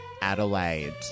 Adelaide